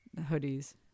hoodies